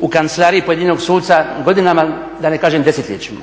u kancelariji pojedinog suca godinama, da ne kažem desetljećima.